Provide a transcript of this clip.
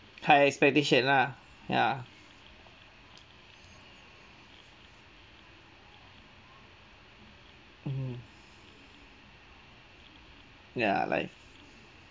high expectation lah ya mmhmm ya life